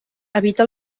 habita